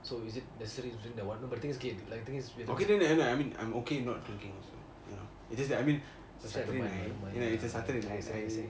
so is it necessary to drink that one but because the thing is that the thing is that